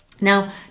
Now